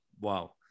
Wow